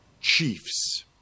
Chiefs